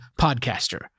podcaster